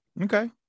okay